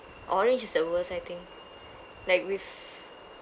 orange is the worst I think like with